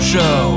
Show